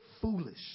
foolish